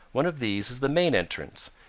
one of these is the main entrance,